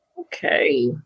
Okay